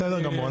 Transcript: בסדר גמור.